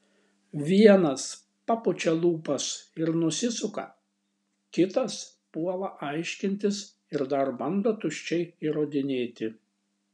vienas papučia lūpas ir nusisuka kitas puola aiškintis ir dar bando tuščiai įrodinėti